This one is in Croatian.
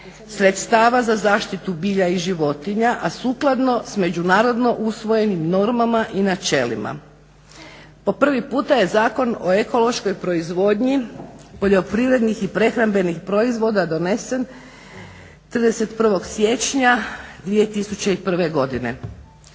sredstava za zaštitu bilja i životinja, a sukladno sa međunarodnim usvojenim normama i načelima. Po prvi puta je Zakon o ekološkoj proizvodnji poljoprivrednih i prehrambenih proizvoda donesen 31.siječnja 2001.godine.